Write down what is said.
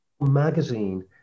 magazine